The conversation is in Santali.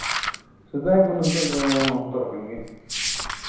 ᱥᱮᱫᱟᱭ ᱠᱷᱚᱱ ᱱᱮᱛᱟᱨ ᱫᱚ ᱠᱟᱱ ᱜᱮᱭᱟ